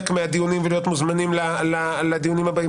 מהדיונים ולהיות מוזמנים לדיונים הבאים.